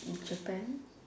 hmm Japan